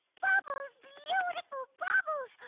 bubbles beautiful bubbles.